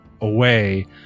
away